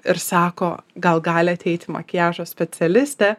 ir sako gal gali ateiti makiažo specialistė